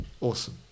Awesome